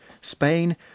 Spain